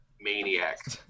Maniac